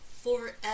forever